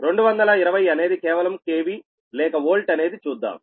220 అనేది కేవలం KV లేక వోల్ట్ అనేది చూద్దాం